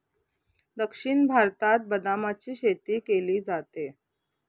दक्षिण भारतात बदामाची शेती केली जाते